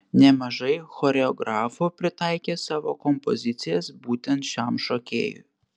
nemažai choreografų pritaikė savo kompozicijas būtent šiam šokėjui